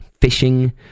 fishing